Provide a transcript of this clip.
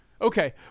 Okay